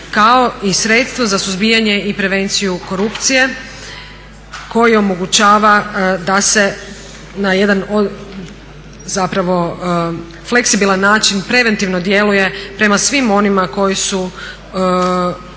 kao i sredstva za suzbijanje i prevenciju korupcije koji omogućava da se na jedan zapravo fleksibilan način preventivno djeluje prema svima onima koji su, koji